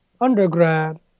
undergrad